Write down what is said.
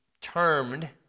termed